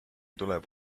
tuleb